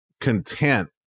content